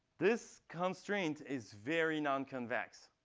this constraint is very non-convex.